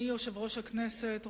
אדוני יושב-ראש הכנסת,